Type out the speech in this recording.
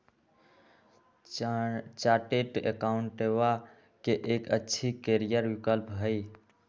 chartered अकाउंटेंटवा के एक अच्छा करियर विकल्प हई